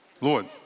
Lord